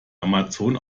amazon